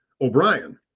O'Brien